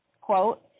quote